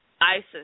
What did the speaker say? ISIS